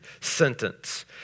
sentence